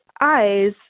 eyes